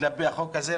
כלפי החוק הזה,